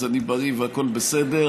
אז אני בריא והכול בסדר,